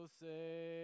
say